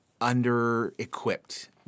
under-equipped